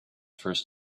first